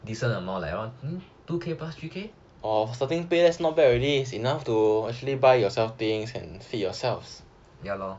decent amount like two K plus three K ya lor